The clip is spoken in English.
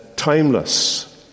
timeless